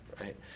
right